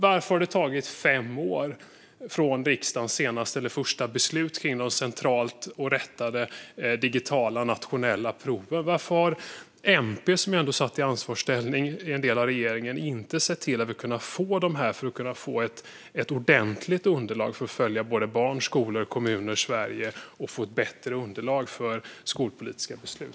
Varför har det tagit fem år från riksdagens första beslut om de centralt rättade digitala nationella proven? Varför har MP, som ju ändå suttit i ansvarsställning i regeringen under en del av tiden, inte sett till att vi kunnat få dessa för att få ett ordentligt underlag för att följa barn, skolor och kommuner i Sverige och för att få ett bättre underlag för skolpolitiska beslut?